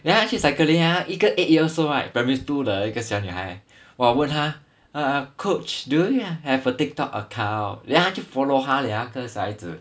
then 他去 cycling 他一个 eight years old right primary two 的一个小女孩 !wah! 问他 err coach do you have a TikTok account then 他就 follow 他 leh 这个小孩子